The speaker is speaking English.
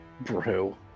Brew